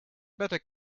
better